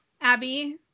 Abby